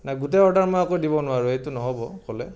না গোটেই অৰ্ডাৰটো মই আকৌ দিব নোৱাৰোঁ এইটো নহ'ব ক'লে